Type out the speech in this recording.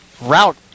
route